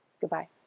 Goodbye